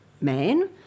man